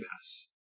Pass